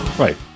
Right